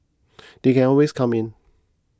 they can always come in